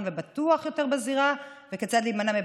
ובטוח יותר בזירה וכיצד להימנע מפגיעות.